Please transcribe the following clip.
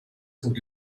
called